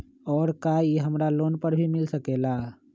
और का इ हमरा लोन पर भी मिल सकेला?